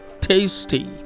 tasty